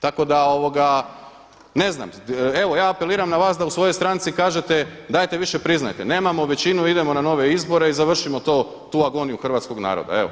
Tako da ne znam, evo ja apeliram na vas da vi u svojoj stranci kažete dajte više priznajte, nemamo većini idemo na nove izbore i završimo tu agoniju hrvatskog naroda.